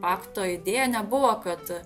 pakto idėja nebuvo kad